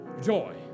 Joy